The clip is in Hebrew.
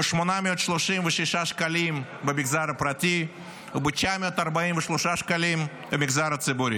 ב-836 שקלים במגזר הפרטי וב-943 שקלים במגזר הציבורי.